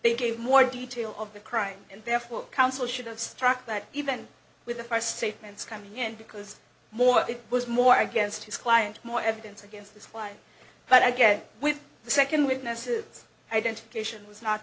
they gave more detail of the crime and therefore counsel should have struck that event with the first statements coming in because more it was more against his client more evidence against this client but again with the second witness's identification was not